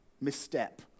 misstep